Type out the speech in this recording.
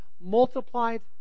multiplied